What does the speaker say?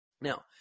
Now